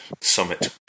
summit